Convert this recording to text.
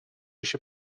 się